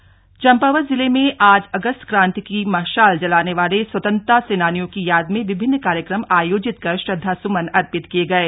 अगस्त क्राँति चम्पावत जिले में आज अगस्त क्रांति की मशाल जलाने वाले स्वतन्त्रता सेनानियों की याद में विभिन्न कार्यक्रम आयोजित कर श्रद्धा सुमन अर्पित किये गये